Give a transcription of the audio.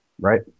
Right